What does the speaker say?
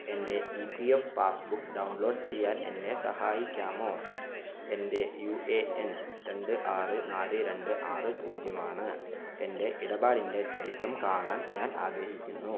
എൻ്റെ E P F passbook download ചെയ്യാൻ എന്നെ സഹായിക്കാമോ എൻ്റെ യു എ എൻ രണ്ട് ആറ് നാല് രണ്ട് ആറ് പൂജ്യമാണ് എൻ്റെ ഇടപാടിൻ്റെ ചരിത്രം കാണാൻ ഞാൻ ആഗ്രഹിക്കുന്നു